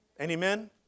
Amen